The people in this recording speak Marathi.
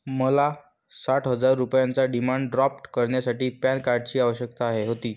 मला साठ हजार रुपयांचा डिमांड ड्राफ्ट करण्यासाठी पॅन कार्डची आवश्यकता होती